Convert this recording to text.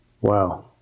Wow